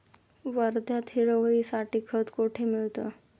वर्ध्यात हिरवळीसाठी खत कोठे मिळतं?